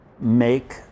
make